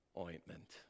ointment